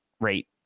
rate